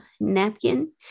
napkin